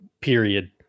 period